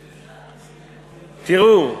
תראו,